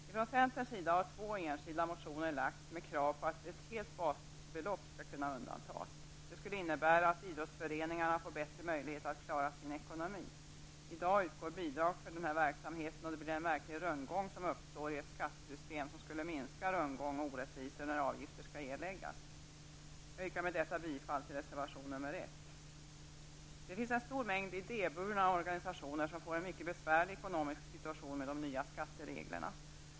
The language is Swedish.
Från centerns sida har två enskilda motioner lagts med krav på att ett helt basbelopp skall kunna undantas. Det skulle innebära att idrottsföreningarna får bättre möjligheter att klara sin ekonomi. I dag utgår bidrag till denna verksamhet. När avgifter skall erläggas uppstår en verklig rundgång i ett skattesystem som skulle minska rundgång och orättvisor. Jag yrkar med detta bifall till reservation nr 1. Det finns en stor mängd idéburna organisationer som får en mycket besvärlig ekonomisk situation med de nya skattereglerna.